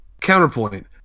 Counterpoint